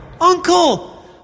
uncle